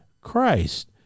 Christ